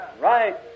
Right